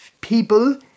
people